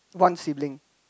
one sibling